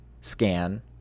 scan